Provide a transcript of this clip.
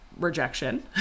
rejection